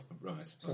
right